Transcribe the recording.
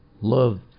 love